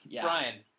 Brian